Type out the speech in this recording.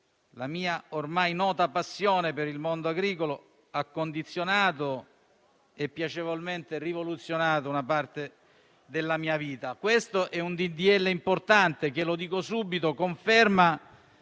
La mia ormai nota passione per il mondo agricolo ha condizionato e piacevolmente rivoluzionato una parte della mia vita. Quello in esame è un provvedimento importante che - lo dico subito - conferma